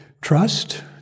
trust